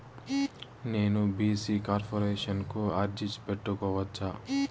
నేను BC corporation కు అర్జీ పెట్టుకోవచ్చా?